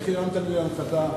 איך הרמת לי להנחתה.